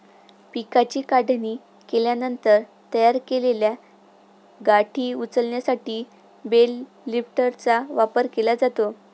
पिकाची काढणी केल्यानंतर तयार केलेल्या गाठी उचलण्यासाठी बेल लिफ्टरचा वापर केला जातो